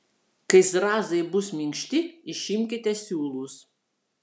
kai zrazai bus minkšti išimkite siūlus